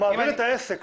הוא מעביר את העסק.